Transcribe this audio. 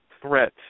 threat